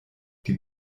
die